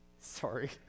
Sorry